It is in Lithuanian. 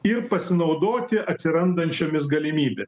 ir pasinaudoti atsirandančiomis galimybė